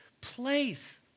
place